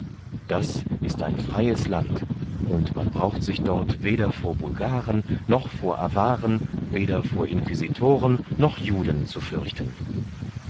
das ist ein freies land und man braucht sich dort weder vor bulgaren noch vor avaren weder vor inquisitoren noch juden zu fürchten